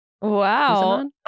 Wow